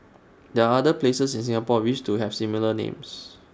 there are other places in Singapore which to have similar names